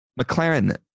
McLaren